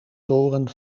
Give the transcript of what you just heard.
toren